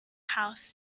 house